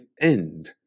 end